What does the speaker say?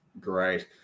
Great